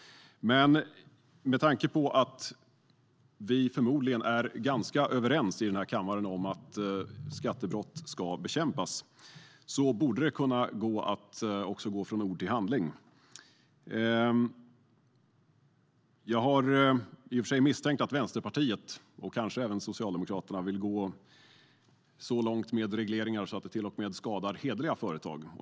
Med tanke på att vi förmodligen är ganska överens här i kammaren om att skattebrott ska bekämpas borde man kunna gå från ord till handling. Jag har i och för sig misstänkt att Vänsterpartiet och kanske även Socialdemokraterna vill gå så långt med regleringar att det till och med skadar hederliga företag.